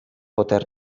poter